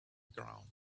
ground